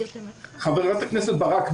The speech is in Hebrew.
חברת הכנסת ברק,